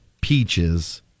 peaches